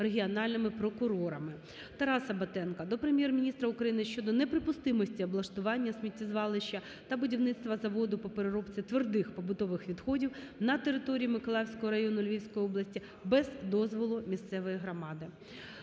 Тараса Батенка до Прем'єр-міністра України щодо неприпустимості облаштування сміттєзвалища та будівництва заводу по переробці твердих побутових відходів на території Миколаївського району Львівської області без дозволу місцевої громади.